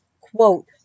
Quote